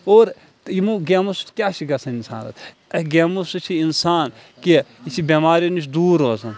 اور تہٕ یِمو گیمو سۭتۍ کیاہ چھُ گَژَھان انسانَس اتھ گیمو سۭتۍ چھ اِنسان کہِ یہِ چھ بٮ۪ماریو نِش دوٗر روزان